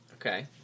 Okay